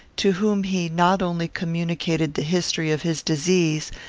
to whom he not only communicated the history of his disease,